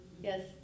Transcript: Yes